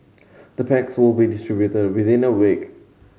the packs will be distributed within a week